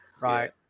Right